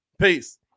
Peace